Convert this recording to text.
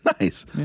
Nice